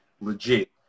legit